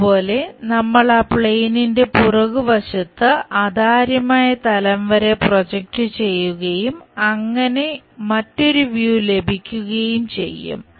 അതുപോലെ നമ്മൾ ആ പ്ലെയിനിന്റെ പുറകുവശത്ത് അതാര്യമായ തലം വരെ പ്രൊജക്റ്റ് ചെയ്യുകയും അങ്ങനെ മറ്റൊരു വ്യൂ ലഭിക്കുകയും ചെയ്യും